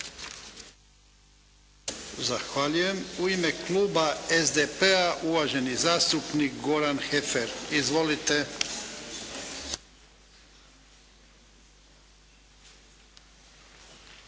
Zahvaljujem. U ime kluba IDS-a, uvaženi zastupnik Damir Kajin. Izvolite.